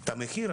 את המחיר.